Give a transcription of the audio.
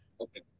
Okay